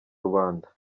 rubanda